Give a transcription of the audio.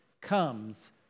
comes